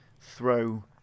throw